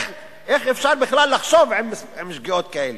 איך אפשר בכלל לחשוב עם שגיאות כאלה?